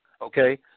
okay